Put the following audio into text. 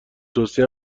توصیه